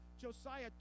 Josiah